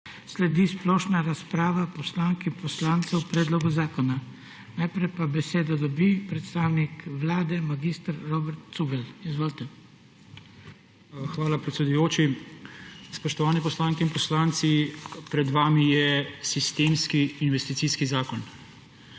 Sledi splošna razprava poslank in poslancev o predlogu zakona. Najprej pa besedo dobi predstavnik Vlade, mag. Robert Cugelj. Izvolite. **MAG. ROBERT CUGELJ:** Hvala, predsedujoči. Spoštovani poslanke in poslanci, pred vami je sistemski investicijski zakon,